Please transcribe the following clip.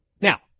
Now